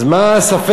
אז מה הספק?